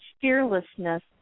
fearlessness